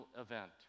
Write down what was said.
event